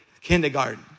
kindergarten